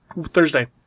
Thursday